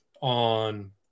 on